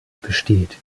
besteht